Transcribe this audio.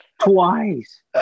Twice